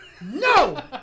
No